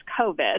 COVID